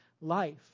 life